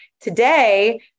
Today